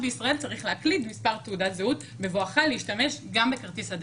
שלא תבוא בבקשות לוועדת